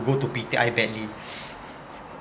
go to P_T_I badly